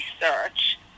research